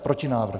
Protinávrh.